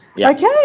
okay